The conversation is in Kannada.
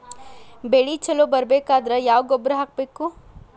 ಬೆಳಿ ಛಲೋ ಬರಬೇಕಾದರ ಯಾವ ಗೊಬ್ಬರ ಹಾಕಬೇಕು?